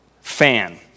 fan